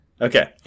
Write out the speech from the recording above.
Okay